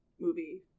movie